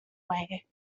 way